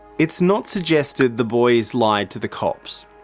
it's not suggested the boys lied to the cops.